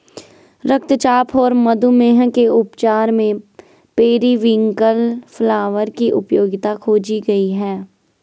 रक्तचाप और मधुमेह के उपचार में पेरीविंकल फ्लावर की उपयोगिता खोजी गई है